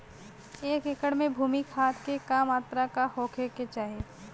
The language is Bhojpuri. एक एकड़ भूमि में खाद के का मात्रा का होखे के चाही?